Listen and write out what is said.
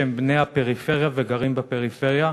שהם בני הפריפריה וגרים בפריפריה.